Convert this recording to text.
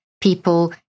people